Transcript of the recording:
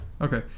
okay